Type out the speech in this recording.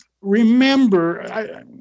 Remember